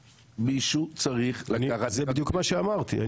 מישהו צריך לקחת --- זה בדיוק מה שאמרתי.